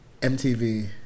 MTV